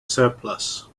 surplus